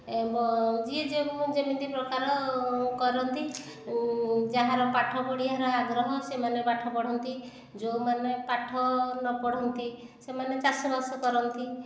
ଏବଂ ଯିଏ ଯେମ୍ତି ପ୍ରକାର କରନ୍ତି ଯାହାର ପାଠ ପଢ଼ିବାର ଆଗ୍ରହ ସେମାନେ ପାଠ ପଢ଼ନ୍ତି ଯେଉଁମାନେ ପାଠ ନପଢ଼ନ୍ତି ସେମାନେ ଚାଷବାସ କରନ୍ତି